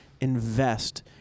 invest